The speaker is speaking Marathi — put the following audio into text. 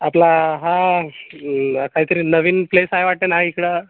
आपला हां काहीतरी नवीन प्लेस आहे वाटते ना इकडं